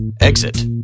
Exit